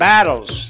Battles